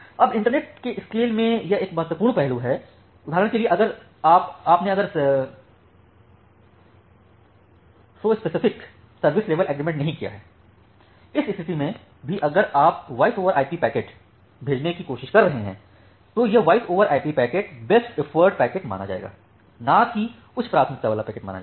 अब इंटरनेट के स्केल में यह एक महत्वपूर्ण पहलू है उदाहरण के लिए आपने अगर सोइसिफिक सर्विस लेवल अग्रीमेंट नहीं किया है इस स्थिति में भी अगर आप वॉइस ओवर आईपी पैकेट भेजने की कोशिश कर रहे हैं तो यह voice over IP packet best effort packet माना जायेगा न कि उच्च प्राथमिकता वाला पैकेट माना जाएगा